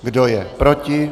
Kdo je proti?